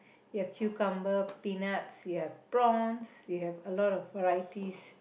you have cucumber peanut you have prawns you have a lot of varieties